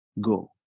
Go